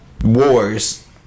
wars